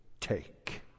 take